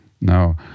Now